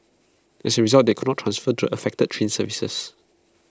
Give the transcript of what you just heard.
as A result they could not transfer the affected train services